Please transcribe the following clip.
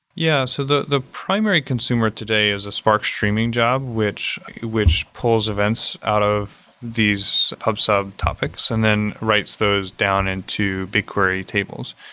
yeah. so the the primary consumer today is a spark streaming job, which which pulls events out of these pub sub topics and then writes those down into bigquery tables.